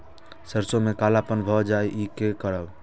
सरसों में कालापन भाय जाय इ कि करब?